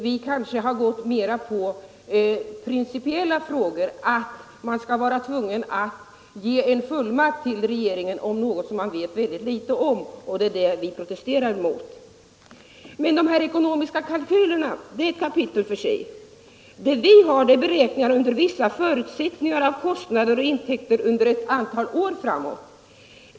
Vi kanske mera har gått in på den principiella frågan att man skall vara tvungen att ge en fullmakt till regeringen rörande något som man vet väldigt litet om. Det är detta vi protesterar mot. Men de ekonomiska kalkylerna är ett kapitel för sig. Det vi har är beräkningar under vissa förutsättningar av kostnader och intäkter ett antal år framåt.